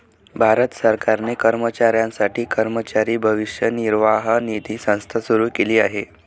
भारत सरकारने कर्मचाऱ्यांसाठी कर्मचारी भविष्य निर्वाह निधी संस्था सुरू केली आहे